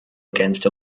against